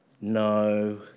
no